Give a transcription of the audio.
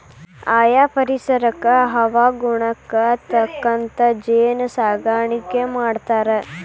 ಆಯಾ ಪರಿಸರಕ್ಕ ಹವಾಗುಣಕ್ಕ ತಕ್ಕಂಗ ಜೇನ ಸಾಕಾಣಿಕಿ ಮಾಡ್ತಾರ